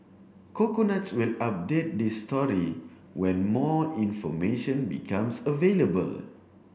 coconuts will update this story when more information becomes available